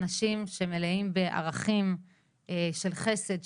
אנשים שמלאים בערכים של חסד,